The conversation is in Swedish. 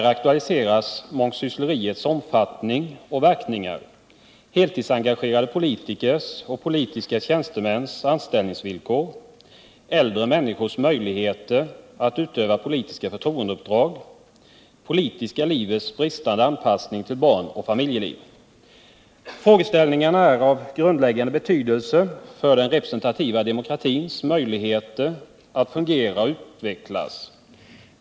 Här aktualiseras mångsyssleriets omfattning och verkningar, heltidsengagerade politikers och politiska tjänstemäns anställningsvillkor, äldre människors möjligheter att utöva politiska förtroendeuppdrag och det politiska livets bristande anpassning till barn och familjeliv. Frågeställningarna är av grundläggande betydelse för den representativa demokratins möjligheter att fungera och utvecklas.